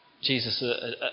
Jesus